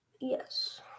Yes